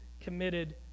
committed